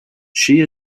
she